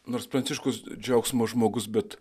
nors pranciškus džiaugsmo žmogus bet